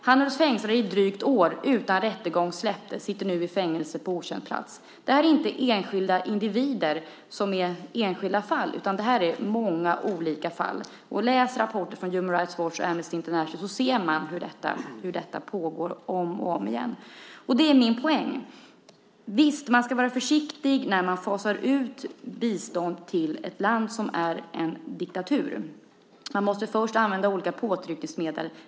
Han hölls fängslad i ett drygt år utan rättegång, släpptes och sitter nu i fängelse på okänd plats. Det är inte enskilda individer som är enskilda fall. Det är många olika fall. Om man läser rapporter från Human Rights Watch och Amnesty International ser man hur detta pågår om och om igen. Det är min poäng. Visst ska man vara försiktig när man fasar ut bistånd till ett land som är en diktatur. Man måste först använda olika påtryckningsmedel.